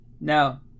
Now